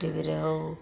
ଟିଭିରେ ହେଉ